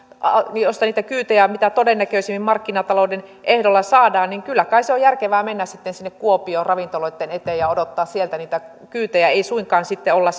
josta niitä kyytejä mitä todennäköisimmin markkinatalouden ehdoilla saadaan niin kyllä kai se on järkevää mennä sinne kuopioon ravintoloitten eteen ja odottaa sieltä niitä kyytejä ei suinkaan sitten olla